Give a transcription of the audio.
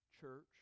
church